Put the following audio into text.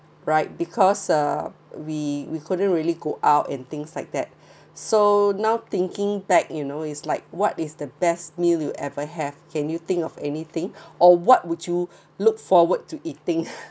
right because uh we we couldn't really go out and things like that so now thinking back you know is like what is the best meal you ever have can you think of anything or what would you look forward to eating